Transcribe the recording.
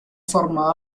formado